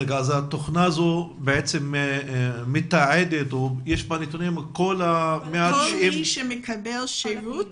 בתוכנה הזו יש נתונים לגבי כל מי שמקבל שירות